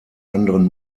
anderen